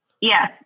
Yes